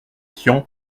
tian